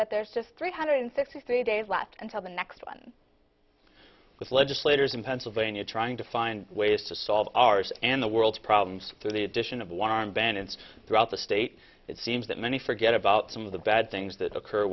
that there's just three hundred sixty days left until the next one with legislators in pennsylvania trying to find ways to solve ours and the worlds problems through the addition of one armed bandits throughout the state it seems that many forget about some of the bad things that occur